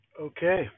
Okay